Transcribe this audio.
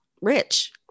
rich